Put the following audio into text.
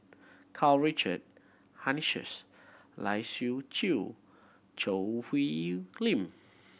Karl Richard Hanitsch Lai Siu Chiu Choo Hwee Lim